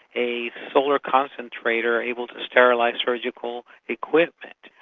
a solar concentrator able to sterilise surgical equipment.